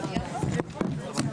אנחנו אחרי התייעצות סיעתית.